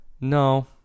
no